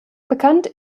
bekannt